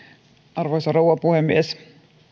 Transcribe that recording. arvoisa rouva puhemies kuten